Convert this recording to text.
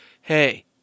hey